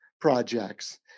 projects